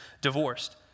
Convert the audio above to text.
divorced